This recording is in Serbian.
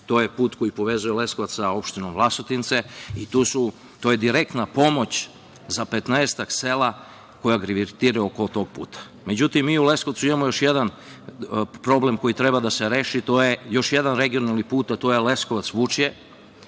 to je put koji povezuje Leskovac sa opštinom Vlasotince i to je direktna pomoć za 15-ak sela koja gravitiraju oko tog puta.Međutim, mi u Leskovcu imamo još jedan problem koji treba da se reši, još jedan regionalni put, a to je Leskovac-Vučje.